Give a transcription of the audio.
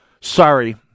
Sorry